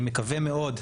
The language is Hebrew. אני מקווה מאוד,